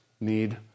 need